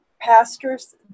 pastors